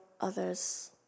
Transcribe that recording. others